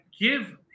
give